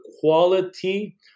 quality